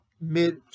mid